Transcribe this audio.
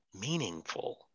meaningful